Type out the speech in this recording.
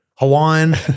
Hawaiian